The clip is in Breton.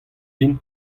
din